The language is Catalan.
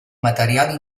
material